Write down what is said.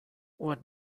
what